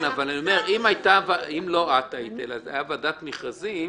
אם לא את היית, אלא הייתה ועדת מכרזים,